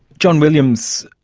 john williams,